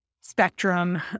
spectrum